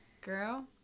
Girl